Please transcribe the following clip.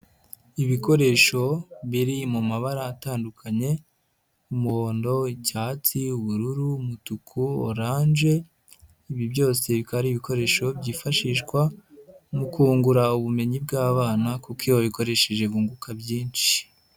Ibikoresho biri mu mabara atandukanye: umuhondo, icyatsi, ubururu, umutuku, oranje, ibi byose bikaba ari ibikoresho byifashishwa mu kungura ubumenyi bw'abana kuko iyo babikoresheje bunguka byinshi.